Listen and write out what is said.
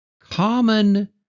common